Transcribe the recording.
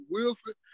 Wilson